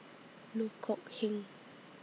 Loh Kok Heng